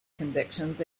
convictions